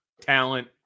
talent